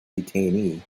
detainee